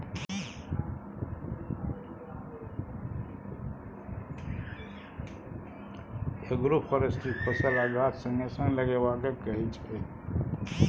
agroforestry फसल आ गाछ संगे संग लगेबा केँ कहय छै